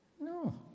No